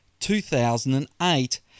2008